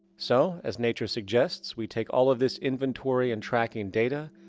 so, as nature suggests, we take all of this inventory and tracking data,